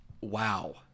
Wow